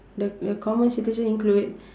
the the common situation include